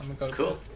Cool